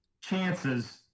chances